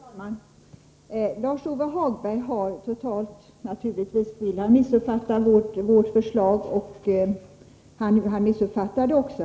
Fru talman! Lars-Ove Hagberg har naturligtvis velat missuppfatta vårt förslag totalt och gör det också.